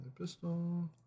pistol